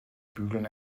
bügeln